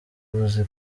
uzi